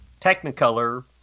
Technicolor